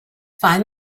find